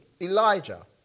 Elijah